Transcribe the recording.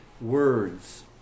words